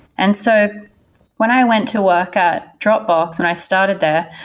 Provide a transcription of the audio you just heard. and so when i went to work at dropbox, when i started there,